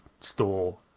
store